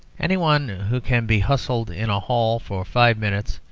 any one who can be hustled in a hall for five minutes,